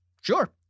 sure